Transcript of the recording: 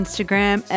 Instagram